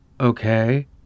Okay